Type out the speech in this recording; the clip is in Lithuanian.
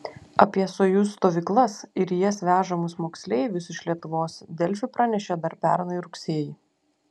apie sojuz stovyklas ir į jas vežamus moksleivius iš lietuvos delfi pranešė dar pernai rugsėjį